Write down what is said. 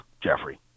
Jeffrey